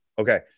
okay